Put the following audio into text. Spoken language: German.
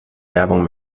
werbung